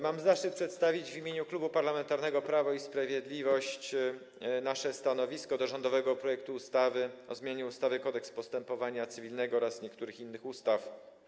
Mam zaszczyt przedstawić w imieniu Klubu Parlamentarnego Prawo i Sprawiedliwość nasze stanowisko wobec rządowego projektu ustawy o zmianie ustawy Kodeks postępowania cywilnego oraz niektórych innych ustaw.